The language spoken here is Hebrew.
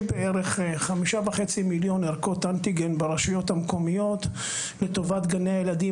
יש בערך 5.5 מיליון ערכות אנטיגן ברשויות המקומיות לטובת גני הילדים,